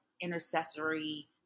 intercessory